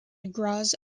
graz